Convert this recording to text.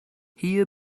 hier